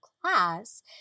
class